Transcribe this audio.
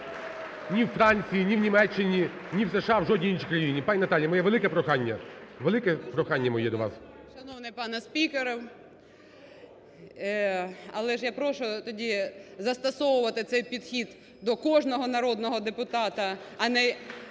ні у Франції, ні в Німеччині, ні в США, в жодній іншій країні. Пані Наталя, моє велике прохання, велике прохання моє до вас. 11:21:23 КОРОЛЕВСЬКА Н.Ю. Шановний пане спікеру! Але ж я прошу тоді застосовувати цей підхід до кожного народного депутата, а не